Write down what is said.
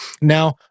Now